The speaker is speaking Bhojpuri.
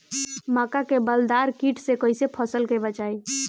मक्का में बालदार कीट से कईसे फसल के बचाई?